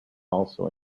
also